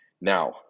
Now